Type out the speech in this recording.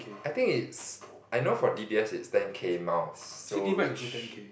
I think it's I know for D_B_S it's ten K miles so which